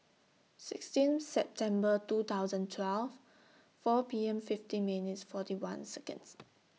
sixteen September two thousand twelve four P M fifty minutes forty one Seconds